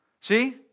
See